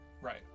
Right